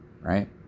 Right